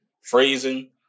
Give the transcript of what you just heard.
phrasing